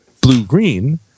blue-green